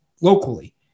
locally